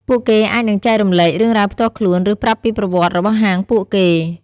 ពួកគេអាចនឹងចែករំលែករឿងរ៉ាវផ្ទាល់ខ្លួន ឬប្រាប់ពីប្រវត្តិរបស់ហាងពួកគេ។